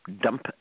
dump